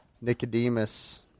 Nicodemus